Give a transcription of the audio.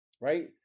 right